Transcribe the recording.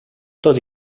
tot